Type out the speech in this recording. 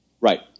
right